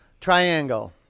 triangle